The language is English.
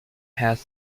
has